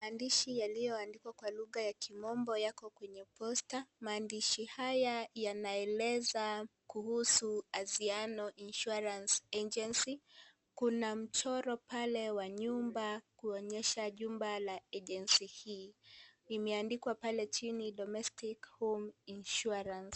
Maandishi yaliyoandikwa kwa lugha ya kimombo, Yako kwenye posta, maandishi haya yanaeleza kuhusu Anziano Insurance Agency, kuna michoro pale wa nyumba kuaonyesha jumba la (cs)agency(cs) hii, limeandikwa pale jini 'Domestic home insurance.'